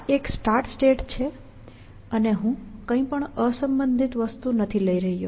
આ એક start state છે અને હું કંઈપણ અસંબંધિત વસ્તુ નથી લઈ રહ્યો